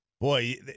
Boy